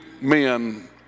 men